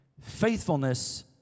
Faithfulness